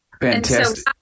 Fantastic